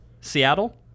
Seattle